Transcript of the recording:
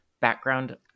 background